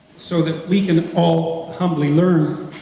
so that we can all humbly learn,